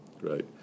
right